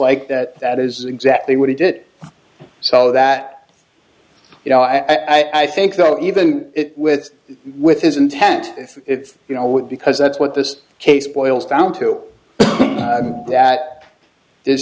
like that that is exactly what he did so that you know i think that even with with his intent with it you know because that's what this case boils down to that there's